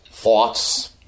Thoughts